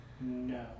No